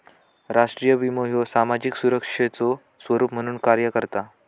राष्ट्रीय विमो ह्यो सामाजिक सुरक्षेचो स्वरूप म्हणून कार्य करता